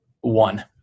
one